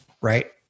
Right